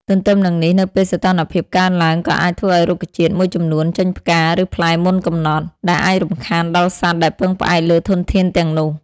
ទទ្ទឹមនឹងនេះ នៅពេលសីតុណ្ហភាពកើនឡើងក៏អាចធ្វើឱ្យរុក្ខជាតិមួយចំនួនចេញផ្កា ឬផ្លែមុនកំណត់ ដែលអាចរំខានដល់សត្វដែលពឹងផ្អែកលើធនធានទាំងនោះ។